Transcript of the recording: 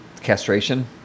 Castration